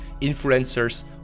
influencers